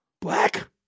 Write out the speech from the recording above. black